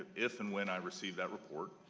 if and when i receive that report,